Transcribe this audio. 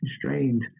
constrained